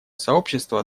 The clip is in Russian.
сообщество